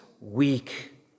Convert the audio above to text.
weak